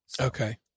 Okay